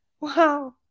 Wow